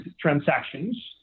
transactions